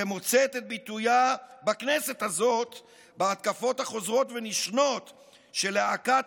שמוצאת את ביטויה בכנסת הזאת בהתקפות החוזרות ונשנות של להקת